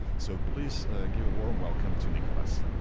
so please give a warm welcome to nicholas.